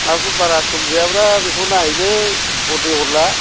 आहाबो बारा सक गैयाब्रा बेखौ नाहैनो उरदै उरला